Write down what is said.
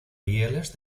rieles